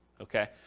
okay